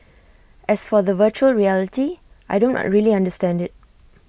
as for the Virtual Reality I don't really understand IT